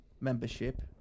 membership